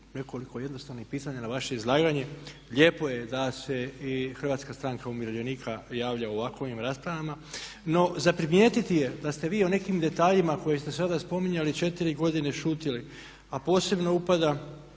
nekoliko jednostavnih pitanja na vaše izlaganje. Lijepo je da se i Hrvatska stranka umirovljenika javlja u ovakvim raspravama. No, za primijetiti je da ste vi o nekim detaljima koje ste sad ovdje spominjali četiri godine šutili, a posebno upada